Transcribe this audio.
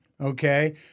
okay